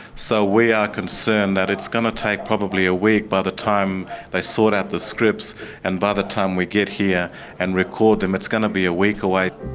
so we are concerned that it's going to take probably a week by the time they sort out the scripts and by the time we get here and record them, it's going to be a week away.